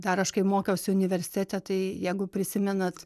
dar aš kai mokiausi universitete tai jeigu prisimenat